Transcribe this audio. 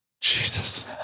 Jesus